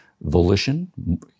volition